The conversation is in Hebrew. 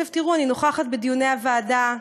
עכשיו, תראו, אני נוכחת בדיוני הוועדה,